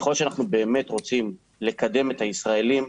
ככל שאנחנו באמת רוצים לקדם את הישראלים,